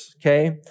okay